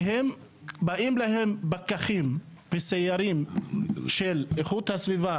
ובאים אליהם פקחים וסיירים של איכות הסביבה